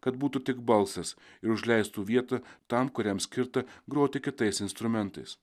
kad būtų tik balsas ir užleistų vietą tam kuriam skirta groti kitais instrumentais